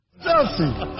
Chelsea